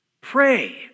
Pray